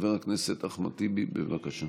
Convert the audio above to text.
חבר הכנסת אחמד טיבי, בבקשה.